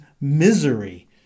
misery